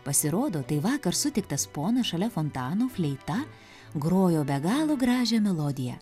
pasirodo tai vakar sutiktas ponas šalia fontano fleita grojo be galo gražią melodiją